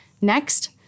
Next